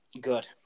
Good